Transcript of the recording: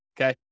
Okay